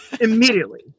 Immediately